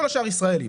כל השאר ישראלים.